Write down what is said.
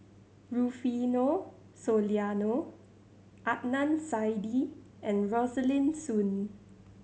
Rufino Soliano Adnan Saidi and Rosaline Soon